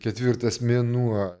ketvirtas mėnuo